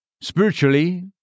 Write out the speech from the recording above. Spiritually